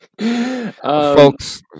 Folks